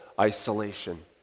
isolation